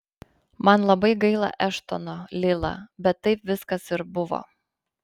man labai gaila eštono lila bet taip viskas ir buvo